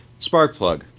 Sparkplug